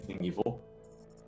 evil